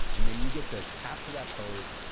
and then you get to capture that post,